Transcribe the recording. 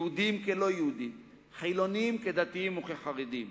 יהודים כלא-יהודים, חילונים כדתיים וכחרדים.